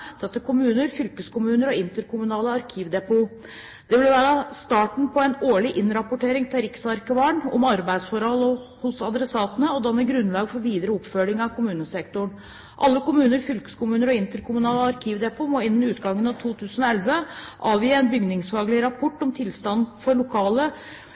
kommuner, fylkeskommuner og interkommunale arkivdepot. Dette vil være starten på en årlig innrapportering til riksarkivaren om arbeidsforholdene hos adressatene og danne grunnlag for videre oppfølging av kommunesektoren. Alle kommuner, fylkeskommuner og interkommunale arkivdepot må innen utgangen av 2011 avgi en bygningsfaglig rapport om tilstanden for